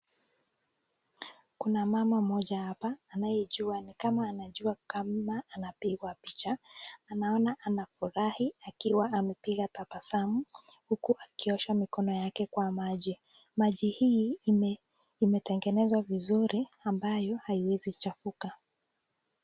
Kuna mama mmoja hapa anayejua, ni kama anajua kama anapigwa picha. Anaona anafurahi akiwa anapiga tabasamu huku akiosha mikono yake kwa maji. Maji hii imetengenezwa vizuri ambayo haiwezi chafuka.